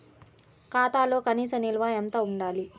ఖాతాలో కనీస నిల్వ ఎంత ఉండాలి?